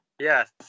yes